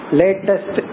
latest